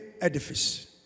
edifice